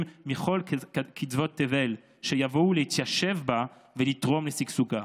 מכל קצוות תבל שיבואו להתיישב בה ולתרום לשגשוגה.